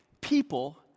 People